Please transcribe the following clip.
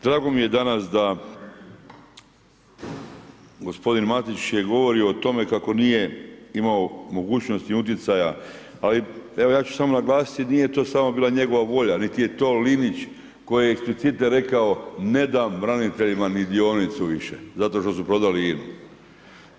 Drago mi je danas da gospodin Matić je govorio o tome kako nije imao mogućnosti i utjecaja ali evo ja ću samo naglasiti, nije to samo bila njegova volja, niti je to Linić koji je eksplicite rekao, ne dam braniteljima ni dionicu više zato što su prodali INA-u.